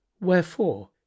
Wherefore